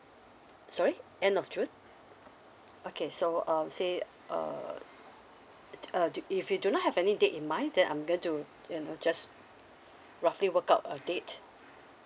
sorry end of june okay so I would say uh uh do if you do not have any date in mind then I'm going to you know just roughly work out a date